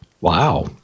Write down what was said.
Wow